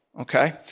okay